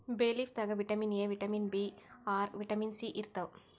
ಬೇ ಲೀಫ್ ದಾಗ್ vitamin A, vitamin B ಆರ್, ವಿಟಮಿನ್ ಸಿ ಇರ್ತವ್